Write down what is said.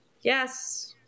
Yes